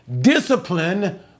discipline